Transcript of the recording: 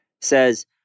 says